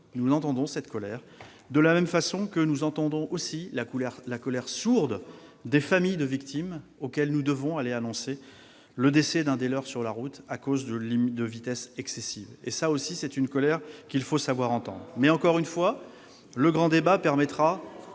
nous entendons la colère de la population, de la même façon que nous entendons aussi la colère sourde des familles de victimes auxquelles nous devons aller annoncer le décès de l'un des leurs sur la route à cause de vitesses excessives. C'est aussi une colère qu'il faut savoir entendre ! Encore une fois, le grand débat permettra